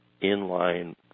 in-line